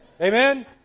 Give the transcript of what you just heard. Amen